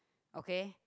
okay